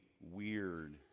weird